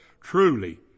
truly